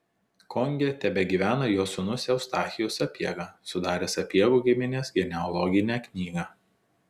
konge tebegyvena jo sūnus eustachijus sapiega sudaręs sapiegų giminės genealoginę knygą